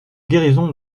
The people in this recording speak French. guérison